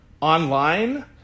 online